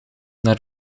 naar